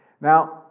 Now